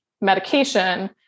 medication